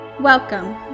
welcome